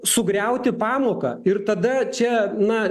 sugriauti pamoką ir tada čia na